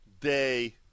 day